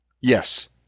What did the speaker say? Yes